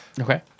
Okay